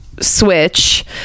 switch